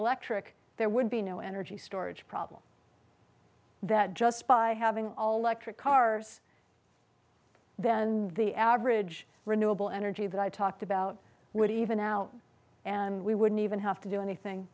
electric there would be no energy storage problem that just by having all lecture cars then the average renewable energy that i talked about would even out and we wouldn't even have to do anything